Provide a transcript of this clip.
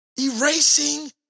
Erasing